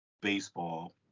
baseball